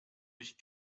nicht